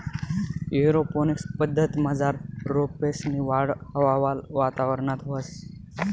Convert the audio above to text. aeroponics पद्धतमझार रोपेसनी वाढ हवावाला वातावरणात व्हस